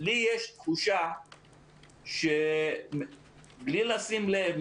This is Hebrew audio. לי יש תחושה שבלי לשים לב,